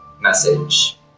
message